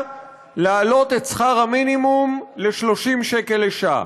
להעלות את שכר המינימום ל-30 שקל לשעה.